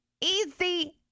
easy